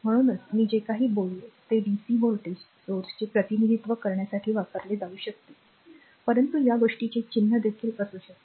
म्हणूनच मी जे काही बोललो ते dc व्होल्टेज स्त्रोताचे प्रतिनिधित्व करण्यासाठी वापरले जाऊ शकते परंतु या गोष्टीचे चिन्ह देखील असू शकते